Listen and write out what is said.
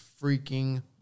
freaking